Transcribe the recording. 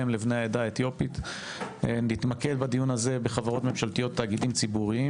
לבני העדה האתיופית נתמקד בדיון הזה בחברות ממשלתיות ותאגידים ציבוריים.